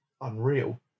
unreal